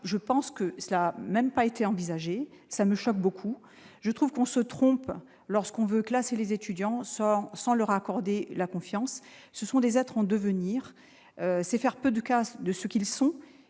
je pense que cela n'a même pas été envisagé ça me choque beaucoup, je trouve qu'on se trompe lorsqu'on veut classer les étudiants sort sans leur accorder la confiance, ce sont des être en devenir, c'est faire peu de cas de ce qu'ils sont,